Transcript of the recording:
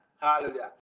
Hallelujah